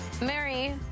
Mary